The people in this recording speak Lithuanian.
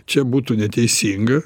čia būtų neteisinga